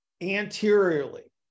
anteriorly